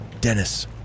Dennis